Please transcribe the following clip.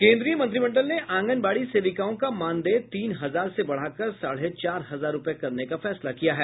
केन्द्रीय मंत्रिमंडल ने आंगनबाड़ी सेविकाओं का मानदेय तीन हजार से बढ़ाकर साढ़े चार हजार रूपये करने का फैसला किया है